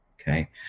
Okay